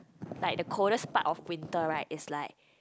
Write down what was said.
like the coldest part of winter right is like